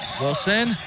Wilson